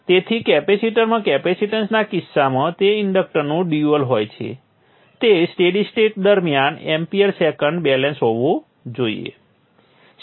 તેથી કેપેસિટરમાં કેપેસિટેન્સના કિસ્સામાં જે ઇન્ડક્ટરનું ડ્યુઅલ હોય છે તે સ્ટેડી સ્ટેટ દરમિયાન amp સેકન્ડ બેલેન્સ હોવું જોઈએ